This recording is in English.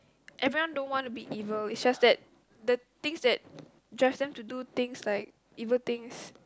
everyone don't want to be evil is just that the things that judge them to do things like evil things